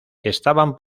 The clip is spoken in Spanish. estaban